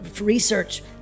research